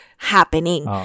Happening